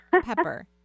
pepper